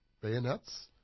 Bayonets